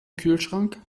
kühlschrank